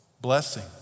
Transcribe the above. Blessing